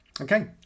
Okay